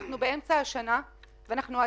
אנחנו באמצע השנה ועדיין,